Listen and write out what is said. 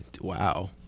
Wow